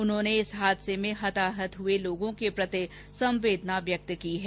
उन्होंने इस हादसे में हताहत हुए लोगों के प्रति संवेदना व्यक्त की है